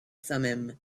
thummim